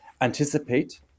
Anticipate